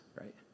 right